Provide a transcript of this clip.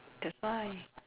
that's why